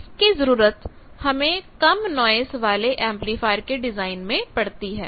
इसकी जरूरत हमें कम नॉइस वाले एंपलीफायर के डिजाइन में पढ़ती है